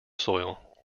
soil